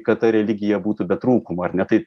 kad ta religija būtų be trūkumų ar ne tai